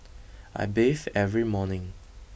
I bathe every morning